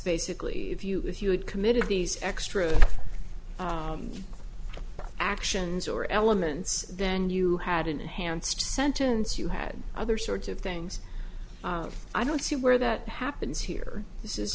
basically if you if you had committed these extra actions or elements then you had an enhanced sentence you had other sorts of things i don't see where that happens here